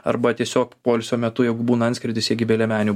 arba tiesiog poilsio metu jeigu būna antskrydis jiegi be liemenių